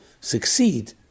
succeed